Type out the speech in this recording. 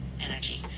energy